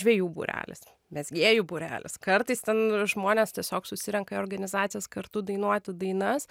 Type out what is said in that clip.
žvejų būrelis mezgėjų būrelis kartais ten žmonės tiesiog susirenka į organizacijas kartu dainuoti dainas